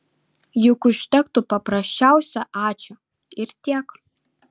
juk užtektų paprasčiausio ačiū ir tiek